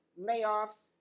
layoffs